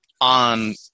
on